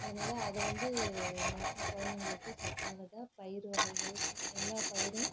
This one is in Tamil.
அதனால் அதை வந்து மேக்ஸிமம் குழந்தைங்களுக்கு சத்தானதாக பயிர்வகைகள் எல்லா பயிரும்